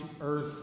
earth